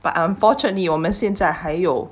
but unfortunately 我们现在还有